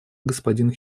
господин